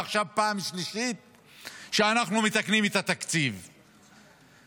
ועכשיו אנחנו מתקנים את התקציב בפעם השלישית.